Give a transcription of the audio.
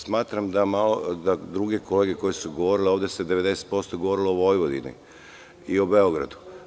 Smatram da druge kolege koje su govorile ovde, 90% se govorilo o Vojvodini i o Beogradu.